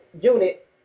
unit